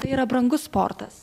tai yra brangus sportas